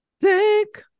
Take